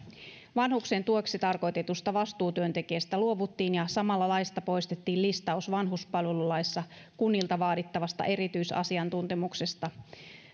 vanhuksen tueksi tarkoitetusta vastuutyöntekijästä luovuttiin ja samalla laista poistettiin listaus vanhuspalvelulaissa kunnilta vaadittavasta erityisasiantuntemuksesta